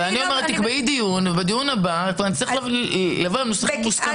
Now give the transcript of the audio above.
ואני אומרת: תקבעי דיון ובדיון הבא נצטרך לבוא עם נוסחים מוסכמים.